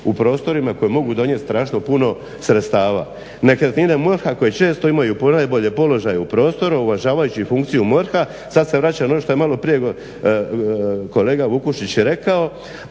u prostorima koji mogu donijeti strašno puno sredstava. Nekretnine MORH-a koje često imaju ponajbolje položaje u prostoru uvažavajući funkciju MORH-a, sad se vraćam na ono što je maloprije kolega Vukušić rekao,